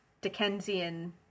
Dickensian